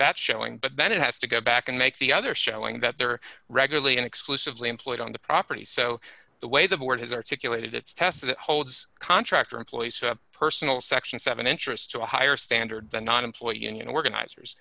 that showing but that it has to go back and make the other showing that there are regularly and exclusively employed on the property so the way the board has articulated its test it holds contractor employees personal section seven interest to a higher standard than an employee union organizers